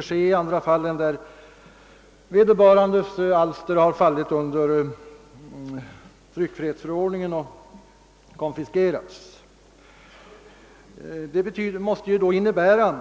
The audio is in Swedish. ske endast mot utförsel av skrifter som har tagits i beslag eller konfiskerats enligt tryckfrihetsförordningen.» Det innebär ju